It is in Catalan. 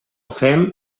fem